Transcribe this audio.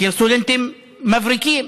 מכיר סטודנטים מבריקים,